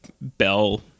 bell